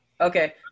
okay